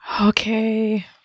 Okay